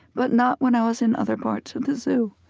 but not when i was in other parts of the zoo.